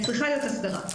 וצריכה להיות הסדרה,